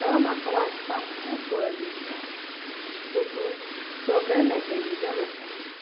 तो म्हाका वाचपाक खूब बरो दिसता तेतूंत सगलें मॅकानिजम आसा